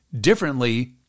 differently